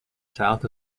south